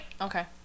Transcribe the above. Okay